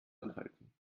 anhalten